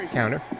counter